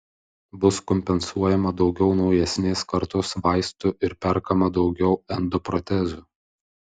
bus kompensuojama daugiau naujesnės kartos vaistų ir perkama daugiau endoprotezų